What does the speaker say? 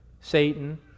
Satan